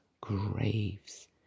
graves